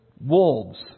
wolves